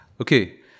Okay